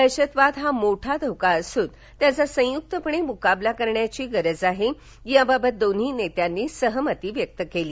दहशतवाद हा मोठा धोका असूनत्याचा संयुकपणे मुकाबला करण्याची गरज आहे याबाबत दोन्ही नेत्यांनी सहमती व्यक्त केली